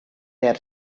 their